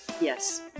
Yes